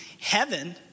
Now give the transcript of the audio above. heaven